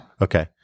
Okay